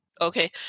Okay